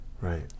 Right